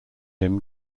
him